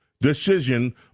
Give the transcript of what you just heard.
decision